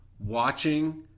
watching